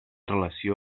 relació